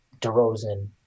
DeRozan